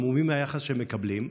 המומים מהיחס שהם מקבלים.